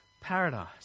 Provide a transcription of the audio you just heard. paradise